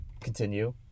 continue